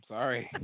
Sorry